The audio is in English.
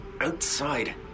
outside